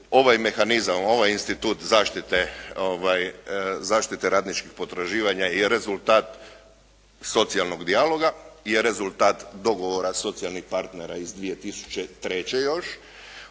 Ovaj mehanizam, ovaj institut zaštite radničkih potraživanja je rezultat socijalnog dijaloga, je rezultat dogovora socijalnih partnera iz 2003. još,